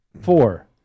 four